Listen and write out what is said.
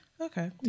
okay